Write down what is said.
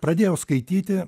pradėjau skaityti